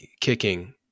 kicking